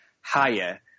higher